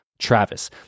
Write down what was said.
Travis